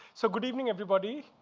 so good evening, everybody.